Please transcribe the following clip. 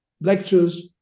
lectures